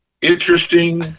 interesting